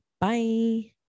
bye